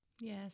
Yes